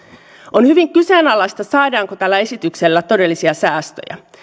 on hyvin kyseenalaista saadaanko tällä esityksellä todellisia säästöjä